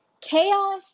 chaos